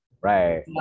Right